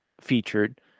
featured